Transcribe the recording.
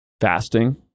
fasting